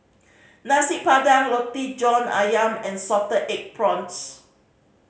Nasi Padang Roti John Ayam and salted egg prawns